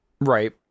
Right